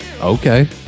okay